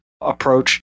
approach